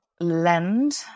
lend